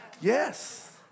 Yes